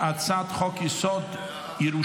אני קובע כי הצעת חוק הארכת תקופות ודחיית מועדים (הוראת שעה,